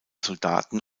soldaten